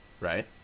right